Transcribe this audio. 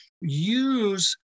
use